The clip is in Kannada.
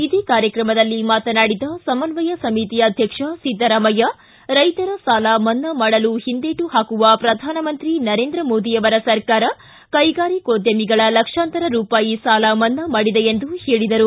ಇದೇ ಕಾರ್ಯಕ್ರಮದಲ್ಲಿ ಮಾತನಾಡಿದ ಸಮನ್ವಯ ಸಮಿತಿ ಅಧ್ವಕ್ಷ ಸಿದ್ದರಾಮಯ್ಯ ರೈತರ ಸಾಲ ಮನ್ನಾ ಮಾಡಲು ಹಿಂದೇಟು ಹಾಕುವ ಪ್ರಧಾನಮಂತ್ರಿ ನರೇಂದ್ರ ಮೋದಿ ಅವರ ಸರ್ಕಾರ ಕೈಗಾರಿಕೋದ್ಯಮಿಗಳ ಲಕ್ಷಾಂತರ ರೂಪಾಯಿ ಸಾಲ ಮನ್ನಾ ಮಾಡಿದೆ ಎಂದು ಹೇಳಿದರು